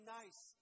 nice